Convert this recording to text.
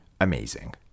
amazing